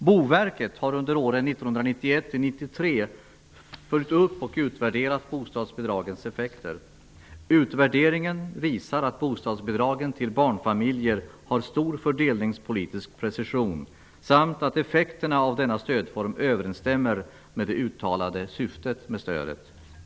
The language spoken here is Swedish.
Boverket har under åren 1991--1993 följt upp och utvärderat bostadsbidragens effekter. Utvärderingen visar att bostadsbidragen till barnfamiljer har stor fördelningspolitisk precision samt att effekterna av denna stödform överensstämmer med det uttalade syftet med stödet.